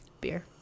Beer